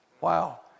Wow